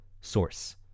source